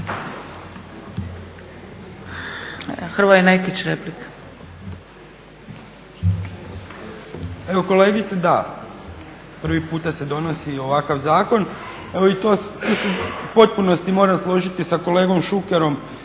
Hrvoje Nekić, replika.